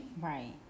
right